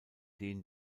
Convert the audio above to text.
denen